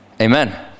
Amen